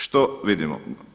Što vidimo?